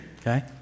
okay